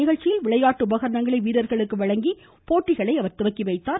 நிகழ்ச்சியில் விளையாட்டு உபகரணங்களை வீரர்களுக்கு வழங்கி போட்டிகளையும் அவர் தொடங்கி வைத்தார்